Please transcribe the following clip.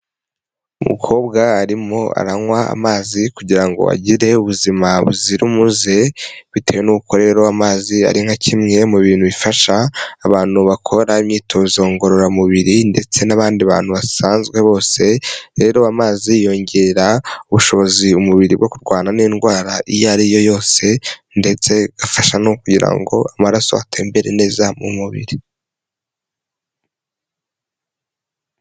Umukobwa arimo aranywa amazi kugira ngo agire ubuzima buzira umuze bitewe nuko'uko rero amazi ari nka kimwe mu bintu bifasha abantu bakora imyitozo ngororamubiri ndetse n'abandi bantu basanzwe bose rero amazi yongerare ubushobozi umubiri bwo kurwana n'indwara iyo ari yo yose ndetse igafasha n kugira ngo amaraso atemmbere neza mu mubiri.